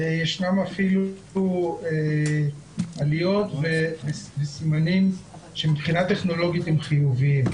יש אפילו עליות וסימנים שמבחינה טכנולוגית הם חיוביים.